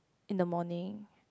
in the morning